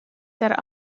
der